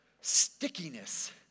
stickiness